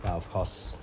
ya of course